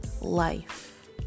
life